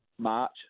March